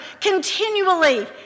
continually